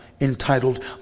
entitled